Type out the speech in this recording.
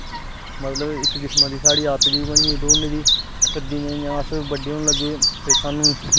मतलब इक किस्मा दी साढ़ी आदत जेही बनी गेई दौड़ने दी फिर जियां जिया अस बड्डे होन लगे ते स्हानू